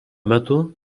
metu